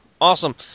awesome